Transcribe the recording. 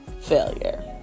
failure